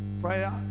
Prayer